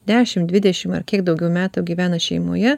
dešim dvidešim ar kiek daugiau metų gyvena šeimoje